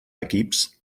equips